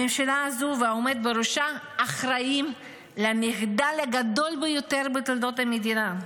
הממשלה הזו והעומד בראשה אחראים למחדל הגדול ביותר בתולדות המדינה,